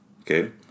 okay